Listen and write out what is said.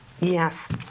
Yes